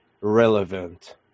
relevant